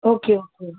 okay okay